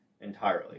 entirely